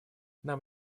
нам